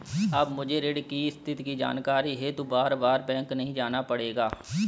अब मुझे ऋण की स्थिति की जानकारी हेतु बारबार बैंक नहीं जाना पड़ेगा